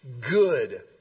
good